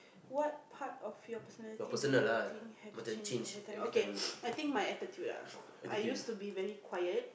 what part of your personality do you think have changed overtime okay I think my attitude ah I used to be very quiet